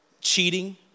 cheating